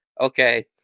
okay